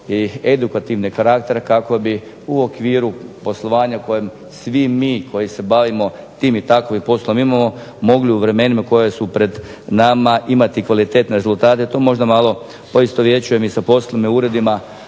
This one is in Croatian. i edukativnog karaktera kako bi u okviru poslovanja kojem svi mi koji se bavimo tim i takovim poslom imamo mogli u vremenima koji su pred nama imati kvalitetne rezultate. Tu možda malo poistovjećujem i sa poslovnim uredima